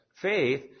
faith